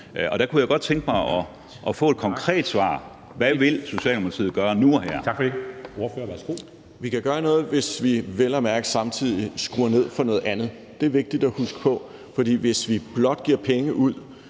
Og der kunne jeg godt tænke mig at få et konkret svar på: Hvad vil Socialdemokratiet gøre nu og her?